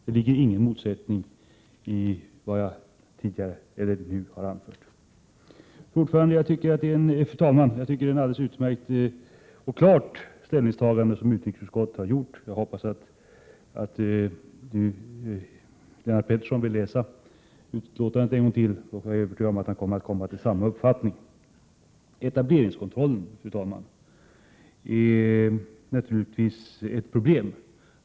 Det ligger ingen motsättning i vad jag tidigare har anfört och vad jag nu säger. Jag tycker, fru talman, att det är ett klart och alldeles utmärkt ställningstagande som utrikesutskottet har gjort. Jag hoppas att Lennart Pettersson vill läsa betänkandet en gång till, och jag är övertygad om att han då kommer till samma uppfattning som jag. Etableringskontrollen är naturligtvis ett problem.